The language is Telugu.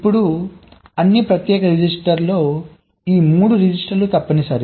ఇప్పుడు అన్నీ ప్రత్యేక రిజిస్టర్లలో ఈ 3 రిజిస్టర్లు తప్పనిసరి